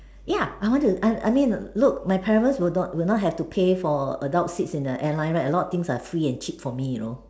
ya I want to I I mean look my parents would not will not have to pay for the adult seats in the airline right a lot of things are free and cheap for me you know